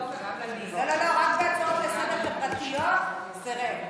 לא, לא, רק בהצעות חברתיות לסדר-היום זה ריק.